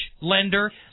lender